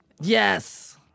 Yes